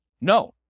No